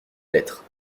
lettre